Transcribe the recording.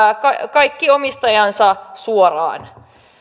kaikki omistajansa suoraan